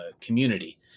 community